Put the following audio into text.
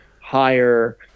higher